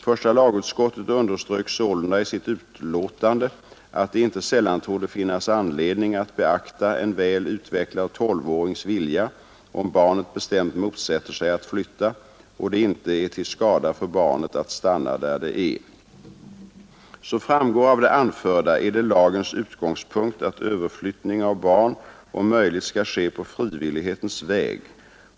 Första lagutskottet underströk sålunda i sitt utlåtande att det inte sällan torde finnas anledning att beakta en väl utvecklad tolvårings vilja, om barnet bestämt motsätter sig att flytta och det inte är till skada för barnet att stanna där det är. Som framgår av det anförda är det lagens utgångspunkt att överflyttning av barn om möjligt skall ske på frivillighetens väg.